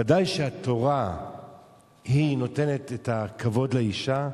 בוודאי שהתורה נותנת את הכבוד לאשה,